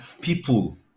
people